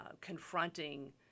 confronting